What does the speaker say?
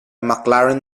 mclaren